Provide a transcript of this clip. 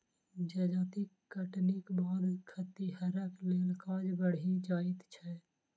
जजाति कटनीक बाद खतिहरक लेल काज बढ़ि जाइत छै